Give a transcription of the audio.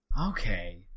Okay